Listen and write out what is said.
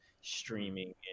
streaming